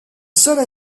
seule